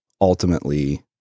ultimately